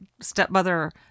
stepmother